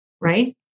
right